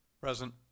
Present